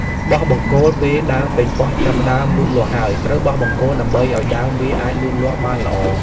បោះបង្គោល ពេលដើមប៉េងប៉ោះចាប់ផ្តើមលូតលាស់ហើយ ត្រូវបោះបង្គោលដើម្បីឲ្យដើមវាអាចលូតលាស់បានល្អ។